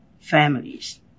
families